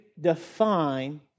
define